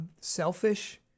selfish